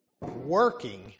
working